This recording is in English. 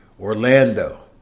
Orlando